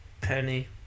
Penny